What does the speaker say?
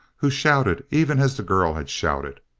who shouted even as the girl had shouted.